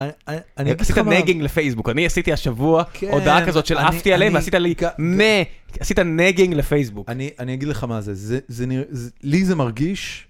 אני עשית נגינג לפייסבוק, אני עשיתי השבוע הודעה כזאת של עפתי עליהם, עשית לי נה, עשית נגינג לפייסבוק. אני אגיד לך מה זה, לי זה מרגיש.